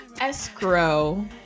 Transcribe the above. Escrow